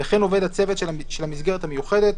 וכן עובד הצוות של המסגרת המיוחדת,